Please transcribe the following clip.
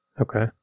Okay